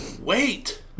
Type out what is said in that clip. wait